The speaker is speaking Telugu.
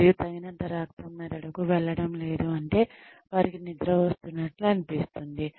మరియు తగినంత రక్తం మెదడుకు వెళ్ళడం లేదు అంటే వారికి నిద్ర వస్తున్నట్లు అనిపిస్తుంది